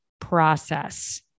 process